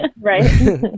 Right